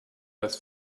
das